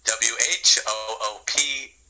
W-H-O-O-P